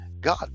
God